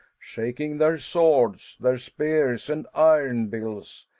shaking their swords, their spears, and iron bills,